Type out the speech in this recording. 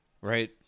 right